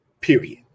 Period